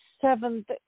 seventh